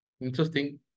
Interesting